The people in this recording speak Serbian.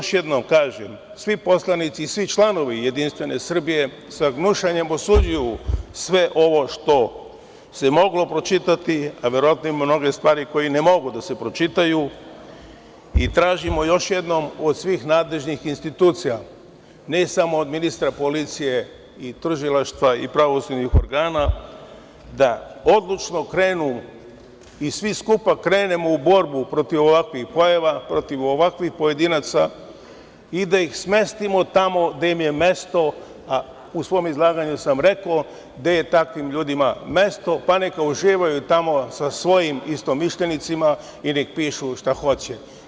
Još jednom kažem, svi poslanici i svi članovi JS sa gnušanjem osuđuju sve ovo što se moglo pročitati, a verovatno i mnoge stvari koje ne mogu da se pročitaju i tražimo još jednom od svih nadležnih institucija, ne samo od ministra policije i tužilaštva i pravosudnih organa da odlučno krenu i svi skupa krenemo u borbu protiv ovakvih pojava, protiv ovakvih pojedinaca i da ih smestimo tamo gde im je mesto, a u svom izlaganju sam rekao gde je takvim ljudima mesto, pa neka uživaju tamo sa svojim istomišljenicima i nek pišu šta hoće.